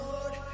Lord